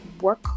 work